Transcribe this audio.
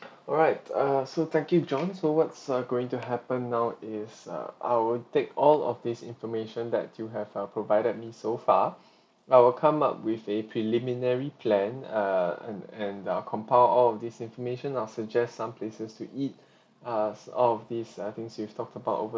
alright err so thank you john so what's uh going to happen now is uh I will take all of this information that you have uh provided me so far I will come up with a preliminary plan err and and I'll compiled all of these information I'll suggest some places to eat err all of these uh things we've talked about over